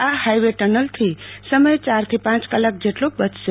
આ highway tunnel થી સમય ચાર થી પાંચ કલાક જેટલો બયશે